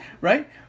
Right